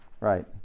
right